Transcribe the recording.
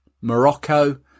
Morocco